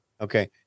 Okay